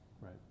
right